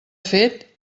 fet